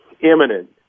imminent